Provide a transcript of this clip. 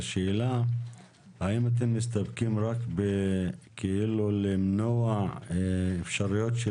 השאלה האם אתם מסתפקים רק בלמנוע אפשרויות של